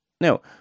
Now